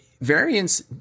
variance